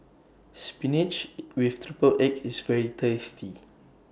Spinach with Triple Egg IS very tasty